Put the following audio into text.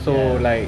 ya